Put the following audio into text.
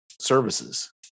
services